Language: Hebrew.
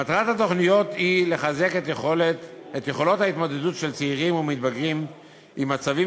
מטרת התוכניות היא לחזק את יכולות ההתמודדות של צעירים ומתבגרים עם מצבים